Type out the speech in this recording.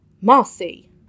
Marcy